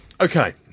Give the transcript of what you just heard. Okay